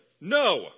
No